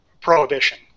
prohibition